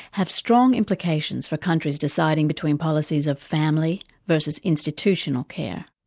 have strong implications for countries deciding between policies of family versus institutional care.